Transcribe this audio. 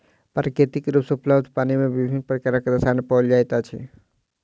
प्राकृतिक रूप सॅ उपलब्ध पानि मे विभिन्न प्रकारक रसायन पाओल जाइत अछि